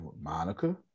Monica